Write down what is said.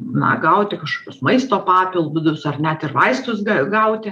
na gauti kažkokius maisto papildus ar net ir vaistus gauti